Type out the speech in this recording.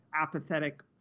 apathetic